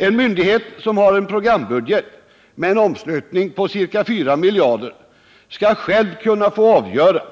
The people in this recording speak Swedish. En myndighet som har en programbudget med en omslutning av ca fyra miljarder bör själv kunna få avgöra